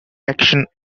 action